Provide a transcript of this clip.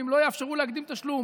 ואם לא יאפשרו להקדים תשלום,